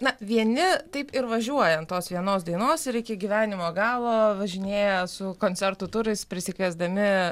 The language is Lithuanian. na vieni taip ir važiuoja ant tos vienos dainos ir iki gyvenimo galo važinėja su koncertų turais prisikviesdami